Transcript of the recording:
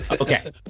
Okay